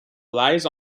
lies